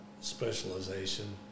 specialization